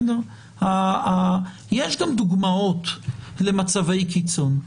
יש גם דוגמאות למצבי קיצון.